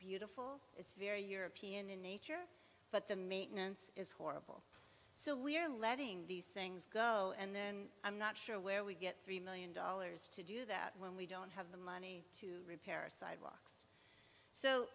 beautiful it's very european in nature but the maintenance is horrible so we're letting these things go and then i'm not sure where we get three million dollars to do that when we don't have the money to repair sidewalks so